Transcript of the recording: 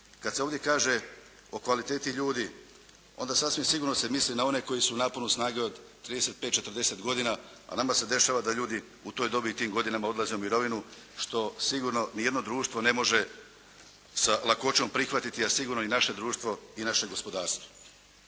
Kad se ovdje kaže o kvaliteti ljudi, onda sasvim sigurno se misli na one koji su u naponu snage od 35, 40 godina, a nama se dešava da se ljudi u toj dobi i tim godinama odlaze u mirovinu, što sigurno ni jedno društvo ne može sa lakoćom prihvatiti, a sigurno i naše društvo i naše gospodarstvo.